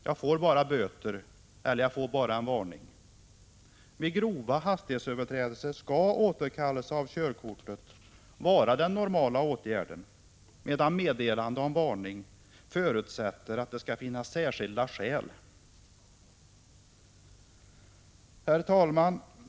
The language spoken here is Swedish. Man får inte tänka att det bara blir böter eller varning. Vid grova hastighetsöverträdelser skall återkallelse av körkortet vara den normala åtgärden, medan meddelande om varning förutsätter att det finns särskilda skäl. Herr talman!